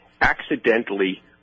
accidentally